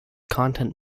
content